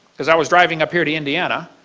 because i was driving up here to indiana.